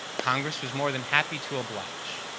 congress was more than happy to oblige.